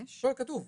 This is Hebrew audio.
לא, כתוב.